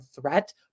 threat